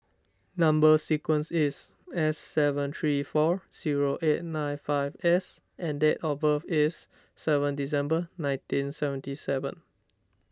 Number Sequence is S seven three four zero eight nine five S and date of birth is seven December nineteen seventy seven